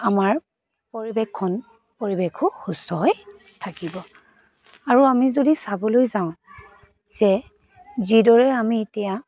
আমাৰ পৰিৱেশখন পৰিৱেশো সুস্থ হৈ থাকিব আৰু আমি যদি চাবলৈ যাওঁ যে যিদৰে আমি এতিয়া